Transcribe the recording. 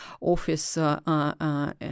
office